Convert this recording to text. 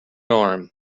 arm